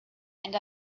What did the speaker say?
and